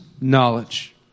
knowledge